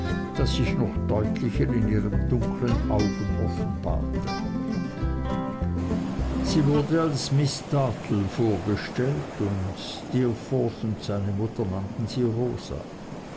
das sich noch deutlicher in ihren dunklen augen offenbarte sie wurde als miß dartle vorgestellt und steerforth und seine mutter nannten sie rosa